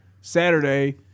Saturday